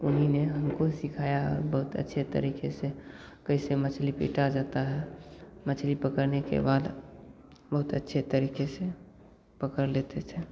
उन्हीं ने हमको सिखाया बहुत अच्छे तरीके से कैसे मछली पीटा जाता है मछली पकड़ने के बाद बहुत अच्छे तरीके से पकड़ लेते थे